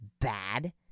bad